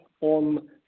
on